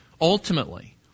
ultimately